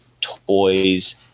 toys